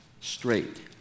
straight